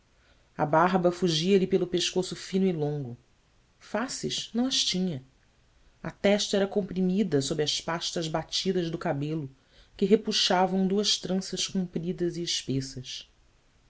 a barba fugia-lhe pelo pescoço fino e longo faces não as tinha a testa era comprimida sob as pastas batidas do cabelo que repuxavam duas tranças compridas e espessas